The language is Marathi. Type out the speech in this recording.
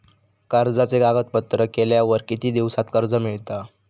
कर्जाचे कागदपत्र केल्यावर किती दिवसात कर्ज मिळता?